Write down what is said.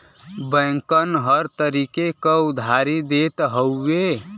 बैंकन हर तरीके क उधारी देत हउए